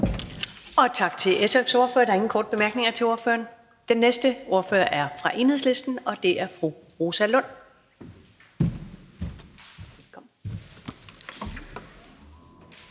Tak til SF's ordfører. Der er ingen korte bemærkninger til ordføreren. Den næste ordfører er fra Enhedslisten, og det er fru Rosa Lund.